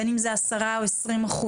בין אם זה עשרה או עשרים אחוז,